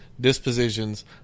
dispositions